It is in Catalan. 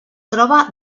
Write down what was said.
troba